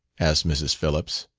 asked mrs. phillips.